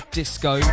disco